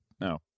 No